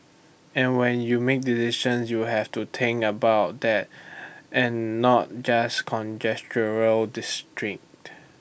and when you make decisions you have to think about that and not just district